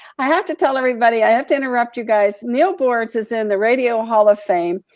i have to tell everybody i have to interrupt you guys. neal boortz is in the radio hall of fame.